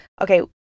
okay